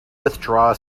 withdraw